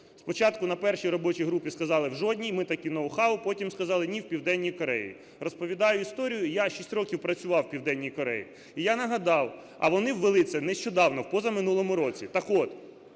Спочатку, на першій робочій групі сказали: в жодній, ми такі ноу-хау. Потім сказали: ні, в Південній Кореї. Розповідаю історію. Я шість років працював в Південній Кореї, і я нагадав. А вони ввели це нещодавно, в позаминулому році. Так от,